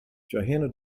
johanna